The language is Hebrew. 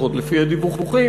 לפחות לפי הדיווחים.